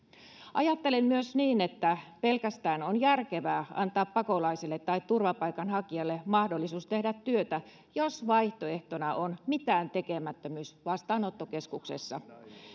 ajattelen myös niin että pelkästään on järkevää antaa pakolaiselle tai turvapaikanhakijalle mahdollisuus tehdä työtä jos vaihtoehtona on mitääntekemättömyys vastaanottokeskuksessa